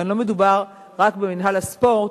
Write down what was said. כאן לא מדובר רק במינהל הספורט,